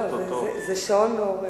לא, זה שעון מעורר.